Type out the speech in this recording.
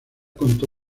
contó